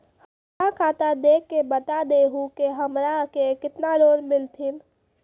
हमरा खाता देख के बता देहु के हमरा के केतना लोन मिलथिन?